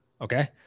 Okay